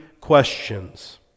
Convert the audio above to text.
questions